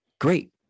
Great